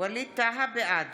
בעד